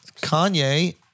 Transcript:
Kanye